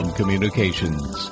communications